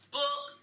book